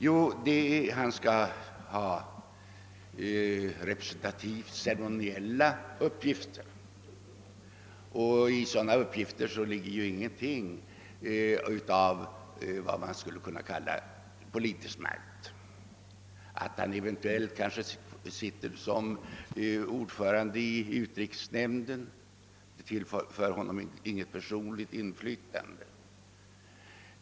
Jo, han skall ha representativt ceremoniella uppgifter, och i utövandet av sådana uppgifter ligger ju ingenting av vad man skulle kunna kalla politisk makt. Att han eventuellt sitter som ordförande i utrikesnämnden tillför honom inget personligt inflytande.